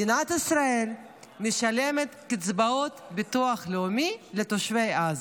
מדינת ישראל משלמת קצבאות ביטוח לאומי לתושבי עזה.